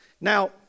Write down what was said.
now